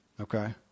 Okay